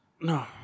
No